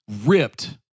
ripped